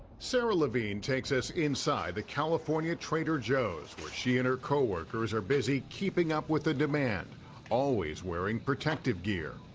sarah lavine takes us inside the california trader joes where she and her co-workers are busy keeping up with the demand always wearing protective gear.